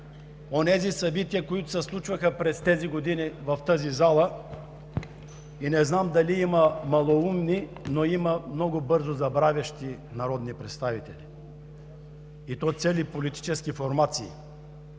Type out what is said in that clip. онези събития, които се случваха през тези години в тази зала, и не знам дали има малоумни, но има много бързо забравящи народни представители, и то цели политически формации.